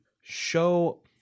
show